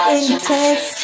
intense